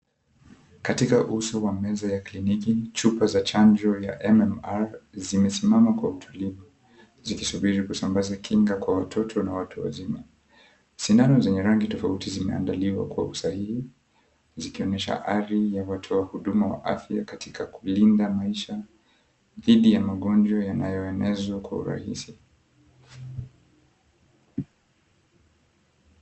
Katika uso wa meza ya kliniki chupa za chanjo ya MMR zimesimama kwa utulivu zikisubiri kusambaza kinga kwa watoto na watu wazima. Sindano zenye rangi toafuti zimeandaliwa kwa usahihi zikionesha ari ya watoa huduma wa afya katika kulinda maisha dhidhi ya magonjwa yanayoenezwa kwa urahisi.